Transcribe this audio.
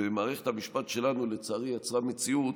ומערכת המשפט שלנו, לצערי, יצרה מציאות